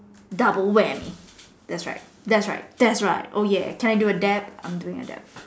double wally that's right that's right that's right oh yeah can I do a dab I am going a dab